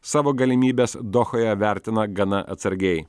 savo galimybes dohoje vertina gana atsargiai